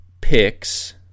picks